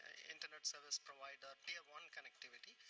internet service provider, tier one connectivity,